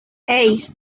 hey